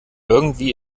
irgendwie